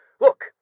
Look